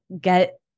get